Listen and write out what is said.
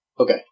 Okay